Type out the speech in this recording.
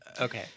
Okay